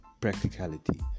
practicality